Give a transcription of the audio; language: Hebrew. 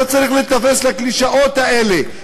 לא צריך להיתפס לקלישאות האלה,